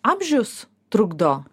amžius trukdo